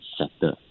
sector